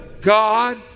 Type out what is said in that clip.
God